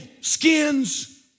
skins